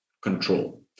control